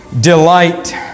delight